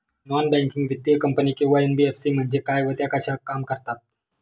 Non banking वित्तीय company किंवा NBFC म्हणजे काय व त्या कशा काम करतात?